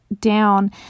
Down